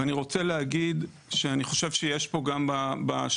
ואני רוצה להגיד אני חושב שיש פה גם בשולחן